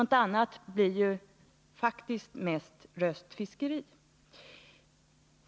Om inte, skulle det snarast vara fråga om röstfiske.